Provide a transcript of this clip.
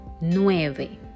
Nueve